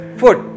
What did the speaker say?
food